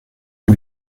eut